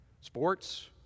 Sports